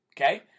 okay